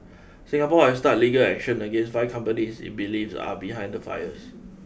Singapore has start legal action against five companies it believes are behind the fires